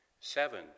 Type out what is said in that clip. seven